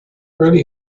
early